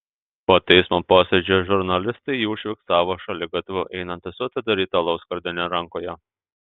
po teismo posėdžio žurnalistai jį užfiksavo šaligatviu einantį su atidaryta alaus skardine rankoje